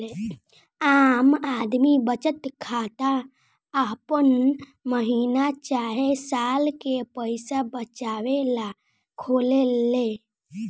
आम आदमी बचत खाता आपन महीना चाहे साल के पईसा बचावे ला खोलेले